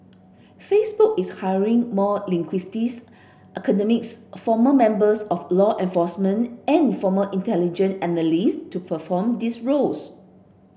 Facebook is hiring more linguists academics former members of law enforcement and former intelligence analysts to perform these roles